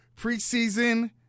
preseason